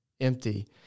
empty